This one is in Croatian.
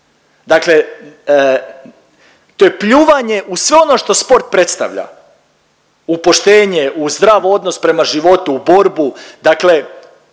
život. To je pljuvanje u sve ono što sport predstavlja, u poštenje, u zdrav odnos prema životu, u borbu.